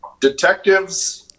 Detectives